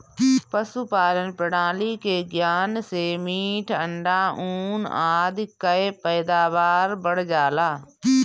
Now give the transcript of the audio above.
पशुपालन प्रणाली के ज्ञान से मीट, अंडा, ऊन आदि कअ पैदावार बढ़ जाला